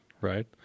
right